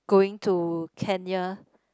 going to Kenya